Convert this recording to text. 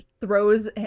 throws